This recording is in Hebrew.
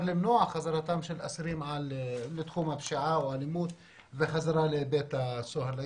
למנוע חזרתם של אסירים לתחום הפשיעה או האלימות וחזרה לבית הסוהר.